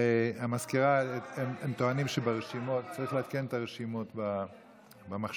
המזכירה, הם טוענים שצריך לעדכן את הרשימות במחשב.